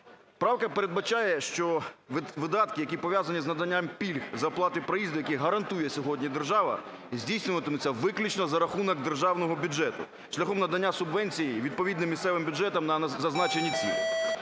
Правка передбачає, що видатки, які пов'язані з наданням пільг з оплати проїзду, які гарантує сьогодні держава, здійснюватимуться виключно за рахунок державного бюджету шляхом надання субвенцій відповідним місцевим бюджетам на зазначені цілі.